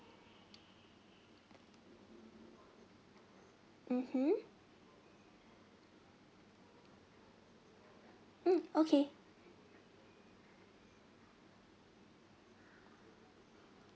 mmhmm mm okay